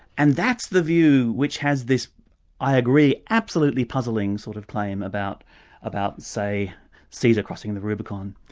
and that's the view which has this i agree, absolutely puzzling sort of claim about about say caesar crossing the rubicon,